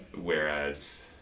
whereas